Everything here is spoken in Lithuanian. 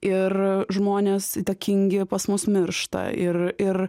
ir žmonės įtakingi pas mus miršta ir ir